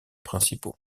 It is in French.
principaux